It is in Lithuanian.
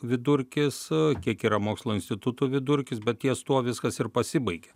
vidurkis kiek yra mokslo institutų vidurkis bet ties tuo viskas ir pasibaigia